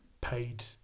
paid